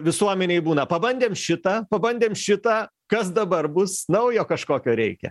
visuomenėj būna pabandėm šitą pabandėm šitą kas dabar bus naujo kažkokio reikia